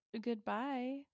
goodbye